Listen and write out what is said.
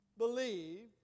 Believe